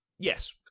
Yes